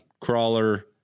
crawler